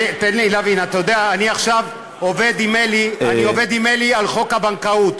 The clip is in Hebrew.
אתה יודע, אני עכשיו עובד עם אלי על חוק הבנקאות.